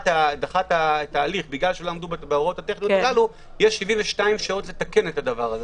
את ההליך בגלל שלא עמדו בהוראות הטכניות הללו יש 72 שעות לתקן את זה.